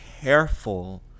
careful